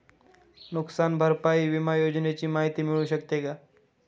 नुकसान भरपाई विमा योजनेची माहिती मिळू शकते का?